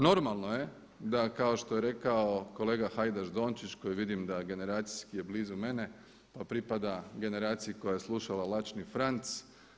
Normalno je da kao što je rekao kolega Hajdaš Dončić koji vidim da generacijski je blizu mene, a pripada generaciji koja je slušala Laćni Franc.